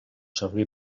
servir